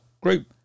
group